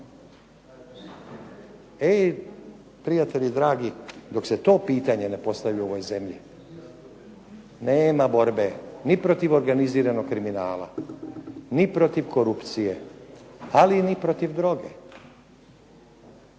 E prijatelji dragi dok se to pitanje ne postavi u ovoj zemlji nema borbe ni protiv organiziranog kriminala, ni protiv korupcije, ali ni protiv droge.